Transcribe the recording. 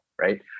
right